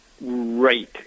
Right